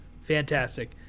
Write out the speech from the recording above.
fantastic